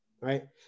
right